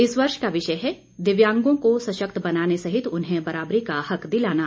इस वर्ष का विषय है दिव्यांगों को सशक्त बनाने सहित उन्हें बराबरी का हक दिलाना